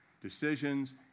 decisions